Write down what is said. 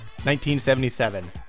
1977